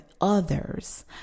others